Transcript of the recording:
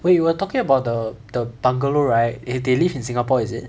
wait you were talking about the the bungalow right eh they live in singapore is it